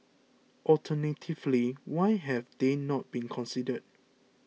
alternatively why have they not been considered